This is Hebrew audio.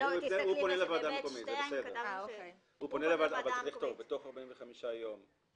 את סעיף (ב2) אני